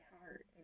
heart